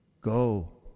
Go